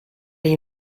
you